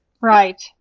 Right